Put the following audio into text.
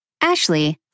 Ashley